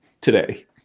today